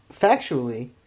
factually